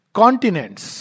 continents